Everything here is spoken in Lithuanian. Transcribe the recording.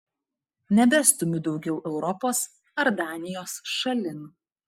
nebestumiu daugiau europos ar danijos šalin